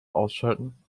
ausschalten